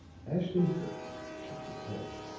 ashton-kirk shook his head.